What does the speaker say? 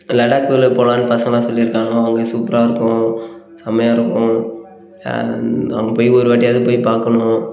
லடாக்கில் போகலான்னு பசங்களெல்லாம் சொல்லியிருக்காங்க அங்கே சூப்பராக இருக்கும் செமையாக இருக்கும் அங்கே போய் ஒருவாட்டியாவது போய் பார்க்கணும்